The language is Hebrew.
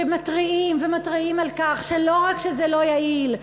שמתריעים ומתריעים על כך שלא רק שזה לא יעיל,